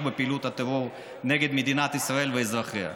בפעילות הטרור נגד מדינת ישראל ואזרחיה.